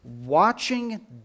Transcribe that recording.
watching